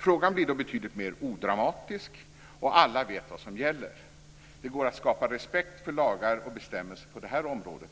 Frågan blir då betydligt mer odramatisk, och alla vet vad som gäller. Det går att skapa respekt för lagar och bestämmelser också på detta område.